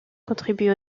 contribue